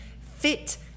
fit